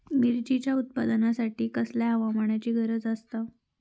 मिरचीच्या उत्पादनासाठी कसल्या हवामानाची गरज आसता?